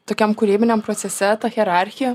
tokiam kūrybiniam procese ta hierarchija